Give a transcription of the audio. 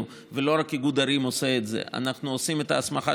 ולא רק איגוד ערים עושה את זה אנחנו עושים את ההסמכה,